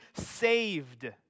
saved